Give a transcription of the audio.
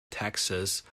texas